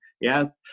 Yes